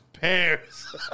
pairs